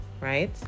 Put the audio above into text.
right